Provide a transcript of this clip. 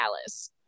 Alice